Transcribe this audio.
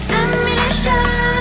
ammunition